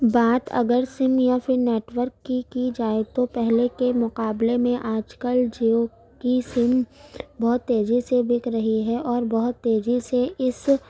بات اگر سیم یا پھر نیٹورک کی کی جائے تو پہلے کے مقابلے میں آج کل جیو کی سیم بہت تیزی سے بک رہی ہے اور بہت تیزی سے اس